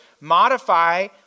modify